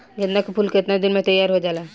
गेंदा के फूल केतना दिन में तइयार हो जाला?